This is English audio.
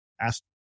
ask